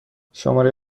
شماره